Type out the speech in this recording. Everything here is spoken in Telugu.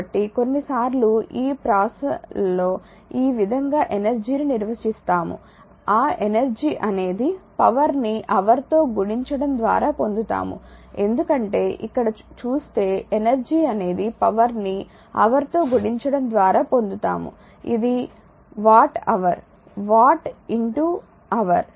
కాబట్టి కొన్నిసార్లు ఈ ప్రాసలలో ఈ విధంగా ఎనర్జీ ని నిర్వచిస్తాము ఆ ఎనర్జీ అనేది పవర్ ని హావర్ తో గుణించడం ద్వారా పొందుతాము ఎందుకంటే ఇక్కడ చూస్తే ఎనర్జీ అనేది పవర్ ని హావర్ తో గుణించడం ద్వారా పొందుతాము ఇది వాట్ హావర్ వాట్ హావర్